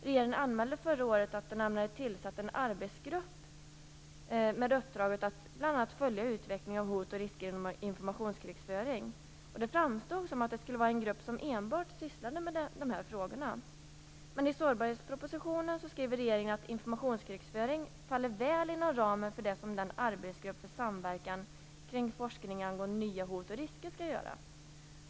Regeringen anmälde förra året att den ämnade tillsätta en arbetsgrupp med uppdraget att bl.a. följa utvecklingen av hot och risker inom informationskrigföring. Det framstod som om det skulle vara en grupp som enbart sysslar med dessa frågor. Men i sårbarhetspropositionen skriver regeringen att informationskrigföring faller väl inom ramen för det som arbetsgruppen för samverkan kring forskning angående nya hot och risker skall göra.